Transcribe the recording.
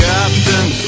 Captain